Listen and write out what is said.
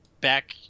back